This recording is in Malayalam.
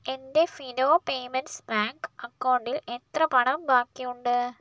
എൻ്റെ ഫിനോ പേയ്മെൻറ്റ്സ് ബാങ്ക് അക്കൗണ്ടിൽ എത്ര പണം ബാക്കിയുണ്ട്